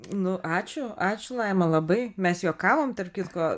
nu ačiū ačiū laima labai mes juokavom tarp kitko